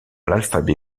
l’alphabet